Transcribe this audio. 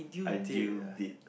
ideal date